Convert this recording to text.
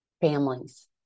Families